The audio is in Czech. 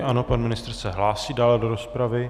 Ano, pan ministr se hlásí dále do rozpravy.